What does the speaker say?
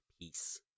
peace